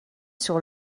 sur